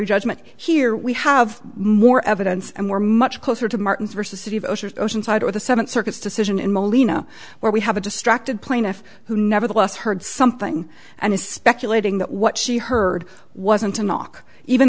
judgment here we have more evidence and were much closer to martin's versus city voters oceanside or the seventh circuit decision in molina where we have a distracted plaintiff who nevertheless heard something and is speculating that what she heard wasn't a knock even